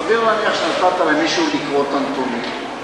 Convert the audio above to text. סביר להניח שנתת למישהו לקרוא את הנתונים,